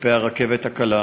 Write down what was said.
כלפי הרכבת הקלה,